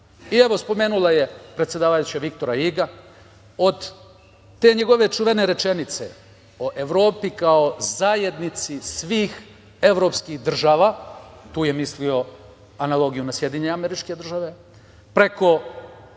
spomenula je predsedavajuća Viktora Iga, od te njegove čuvene rečenice o Evropi kao zajednici svih evropskih država, tu je mislio analogijom na SAD, preko